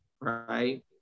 right